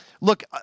Look